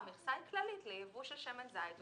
המכסה היא כללית לייבוא של שמן זית.